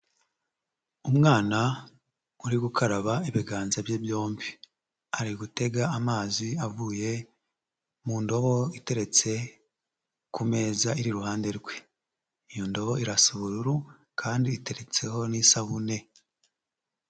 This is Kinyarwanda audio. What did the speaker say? Umwana uri gukaraba ibiganza bye byombi, ari gutega amazi avuye mu ndobo iteretse ku meza iri iruhande rwe, iyo ndobo irasa ubururu kandi iteretseho n'isabune.